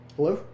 Hello